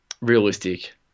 realistic